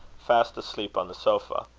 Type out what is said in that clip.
fast asleep on the sofa.